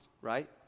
right